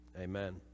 Amen